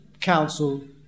council